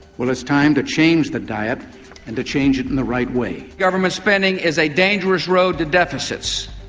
well, it's time to change the diet and to change it in the right way government spending is a dangerous road to deficits.